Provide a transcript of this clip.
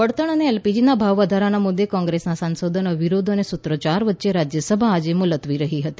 બળતણ અને એલપીજીના ભાવવધારાના મુદ્દે કોંગ્રેસના સાંસદોના વિરોધ અને સૂત્રોચ્યાર વચ્ચે રાજ્યસભા આજે મુલતવી રહી હતી